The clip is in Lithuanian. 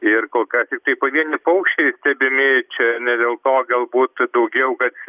ir kol kas tiktai pavieniai paukščiai stebimi čia ne dėl to galbūt daugiau kad